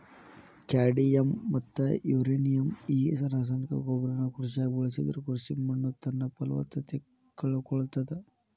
cadmium ಮತ್ತ uranium ಈ ರಾಸಾಯನಿಕ ಗೊಬ್ಬರನ ಕೃಷಿಯಾಗ ಬಳಸಿದ್ರ ಕೃಷಿ ಮಣ್ಣುತನ್ನಪಲವತ್ತತೆ ಕಳಕೊಳ್ತಾದ